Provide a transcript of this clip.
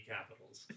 Capitals